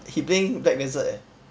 he playing black wizard eh